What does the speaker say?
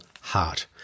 heart